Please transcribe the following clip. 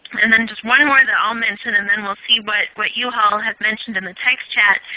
and then just one more that i'll mention and then we'll see but what you all have mentioned in the text chat.